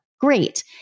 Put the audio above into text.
Great